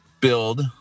build